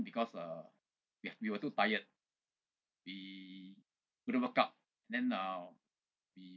because uh we're we were too tired we couldn't woke up then uh we